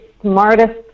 smartest